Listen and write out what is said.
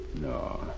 No